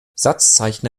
satzzeichen